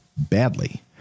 Badly